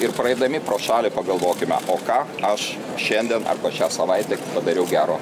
ir praeidami pro šalį pagalvokime o ką aš šiandien apie šią savaitę padariau gero